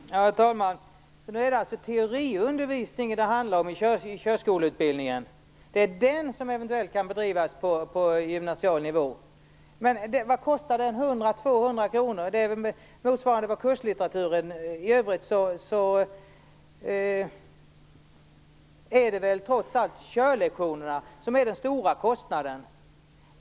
Herr talman! Nu är det alltså teoriundervisningen det handlar om i körskoleutbildningen. Det är den som eventuellt kan bedrivas på gymnasial nivå. Men vad kostar den - 100-200 kr? Det motsvarar väl ungefär kurslitteraturen. I övrigt är det väl trots allt körlektionerna som är den stora kostnaden.